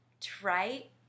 trite